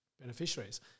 beneficiaries